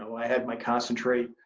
i had my concentrate.